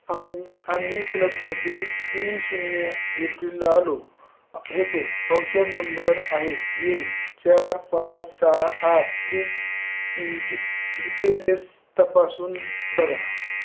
आम् आम्ही क्लबमध्ये तीन शून्य एप्रिलला आलो होतो व्हाउचर नंबर आहे ये चार पाच सहा आठ प्लीज डि डिटेलेस तपासून बघा